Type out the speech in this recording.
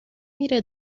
میره